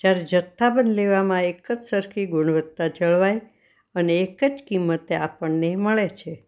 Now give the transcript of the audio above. જ્યારે જથ્થાબંધ લેવામાં એક જ સરખી ગુણવત્તા જળવાય અને એક જ કિંમતે આપણને એ મળે છે